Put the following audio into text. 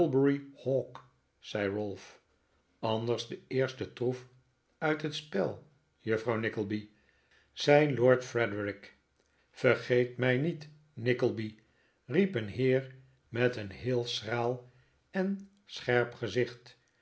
hawk zei ralph anders de eerste troef uit het spel juffrouw nickleby zei lord frederik vetgeet mij niet nickleby riep een heer met een heel schraal en scherp gezicht